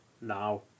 now